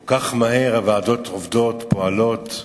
כל כך מהר הוועדות עובדות, פועלות.